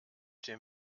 dem